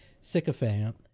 sycophant